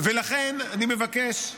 לכן אני מבקש.